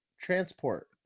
transport